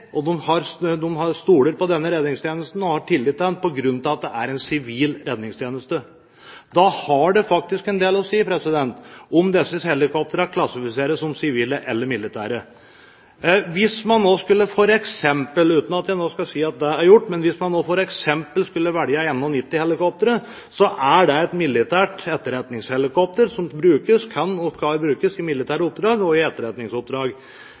De stoler på redningstjenesten og har tillit til den på grunn av at det er en sivil redningstjeneste. Da har det faktisk en del å si om disse helikoptrene klassifiseres som sivile eller militære. Hvis man nå f.eks. skulle velge 91-helikoptre – uten at jeg nå skal si at det er gjort – så er det militære etterretningshelikoptre som kan og skal brukes i militære oppdrag og i etterretningsoppdrag.